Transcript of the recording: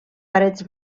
parets